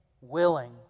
willing